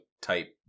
type